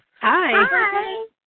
Hi